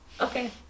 Okay